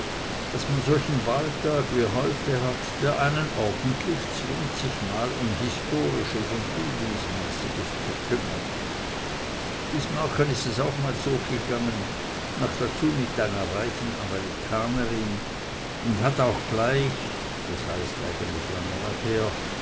daß man solchen wahltag wie heute hat der einen ordentlich zwingt sich mal um historisches und bildungsmäßiges zu kümmern bismarcken is es auch mal so gegangen noch dazu mit ner reichen amerikanerin und hat auch gleich das heißt eigentlich lange nachher